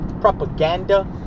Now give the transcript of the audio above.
propaganda